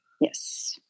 Yes